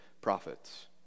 prophets